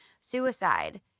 suicide